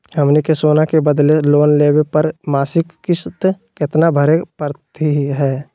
हमनी के सोना के बदले लोन लेवे पर मासिक किस्त केतना भरै परतही हे?